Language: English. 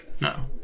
No